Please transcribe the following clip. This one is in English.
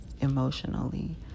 emotionally